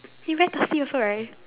you very thirsty also right